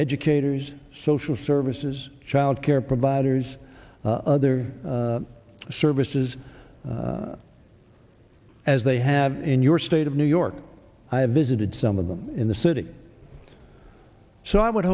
educators social services childcare providers other services as they have in your state of new york i have visited some of them in the city so i would